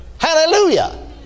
Hallelujah